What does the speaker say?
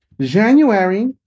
January